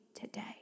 today